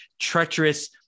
treacherous